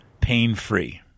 pain-free